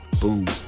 Boom